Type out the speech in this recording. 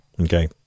okay